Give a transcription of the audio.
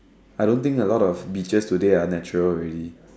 I don't think a lot of beaches today are natural already